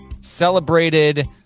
celebrated